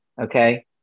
okay